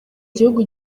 gihugu